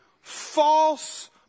false